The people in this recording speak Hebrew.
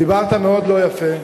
ודיברת מאוד לא יפה,